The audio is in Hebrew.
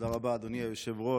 תודה רבה, אדוני היושב-ראש.